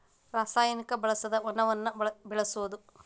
ರಸಾಯನಿಕ ಬಳಸದೆ ವನವನ್ನ ಬೆಳಸುದು